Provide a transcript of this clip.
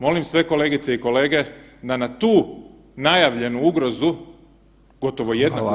Molim sve kolegice i kolege da na tu najavljenu ugrozu, gotovo jednaku